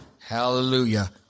Hallelujah